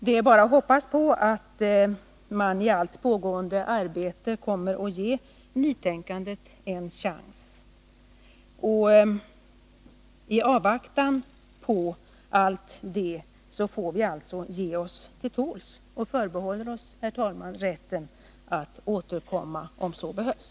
Det är bara att hoppas på att man i allt pågående arbete kommer att ge nytänkandet en chans. I avvaktan på allt det får vi alltså ge oss till tåls, och vi förbehåller oss, herr talman, rätten att återkomma om så behövs.